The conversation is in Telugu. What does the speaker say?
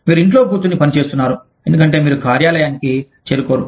మీరు ఇంట్లో కూర్చుని పని చేస్తున్నారు ఎందుకంటే మీరు కార్యాలయానికి చేరుకోరు